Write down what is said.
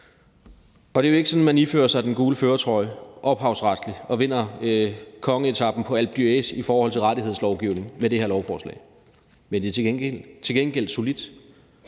Det er jo ikke sådan, at man ifører sig den gule førertrøje ophavsretligt og vinder kongeetapen på Alpe d'Huez i forhold til rettighedslovgivning med det her lovforslag, men det er til gengæld solidt